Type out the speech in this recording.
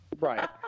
Right